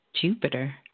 Jupiter